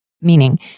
meaning